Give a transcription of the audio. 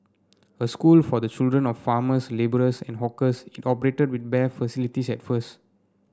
a school for the children of farmers labourers and hawkers it operated with bare facilities at first